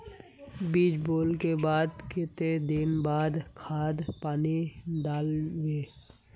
बीज बोले के बाद केते दिन बाद खाद पानी दाल वे?